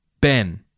Ben